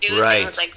Right